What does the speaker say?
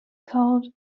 called